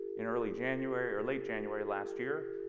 in early january or late january last year,